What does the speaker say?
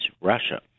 Russia